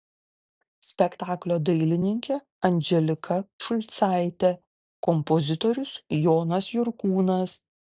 spektaklio dailininkė andželika šulcaitė kompozitorius jonas jurkūnas